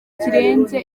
kirenze